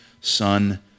Son